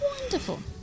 Wonderful